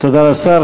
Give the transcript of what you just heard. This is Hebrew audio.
תודה לשר.